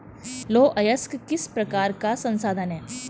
लौह अयस्क किस प्रकार का संसाधन है?